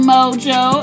Mojo